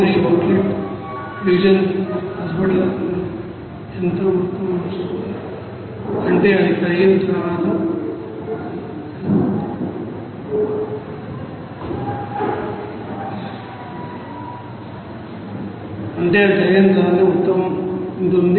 మరియు అవుట్లెట్గా ఫ్యూజన్ పాట్లలోకి ఎంత మొత్తం వస్తోంది అంటే అది కరిగిన తర్వాత అదే మొత్తంలో ఉంటుంది